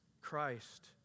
Christ